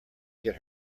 get